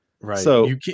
Right